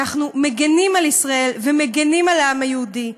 אנחנו מגינים על ישראל ומגינים על העם היהודי,